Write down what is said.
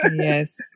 yes